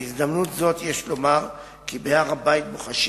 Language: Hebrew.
בהזדמנות זאת יש לומר כי בהר-הבית בוחשים